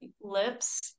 Lips